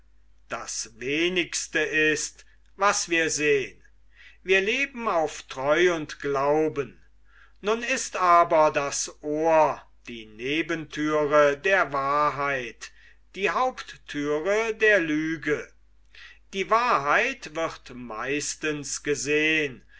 das wenigste ist was wir sehn wir leben auf treu und glauben nun ist aber das ohr die nebenthüre der wahrheit die hauptthüre der lüge die wahrheit wird meistens gesehn